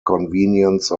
convenience